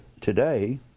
today